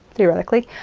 theoretically,